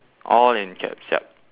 all in caps yup